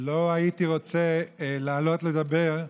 לא הייתי רוצה לעלות לדבר,